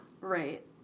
Right